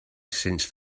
since